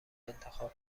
انتخاب